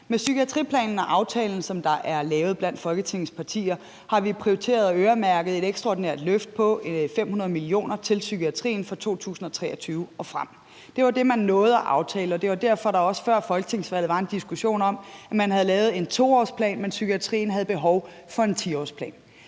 Med psykiatriplanen og -aftalen, der er lavet blandt Folketingets partier, har vi prioriteret og øremærket et ekstraordinært løft på 500 mio. kr. til psykiatrien for 2023 og frem. Det var det, man nåede at aftale, og det var derfor, der også før folketingsvalget var en diskussion om, at man havde lavet en 2-årsplan, men at psykiatrien havde behov for en 10-årsplan.